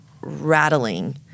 rattling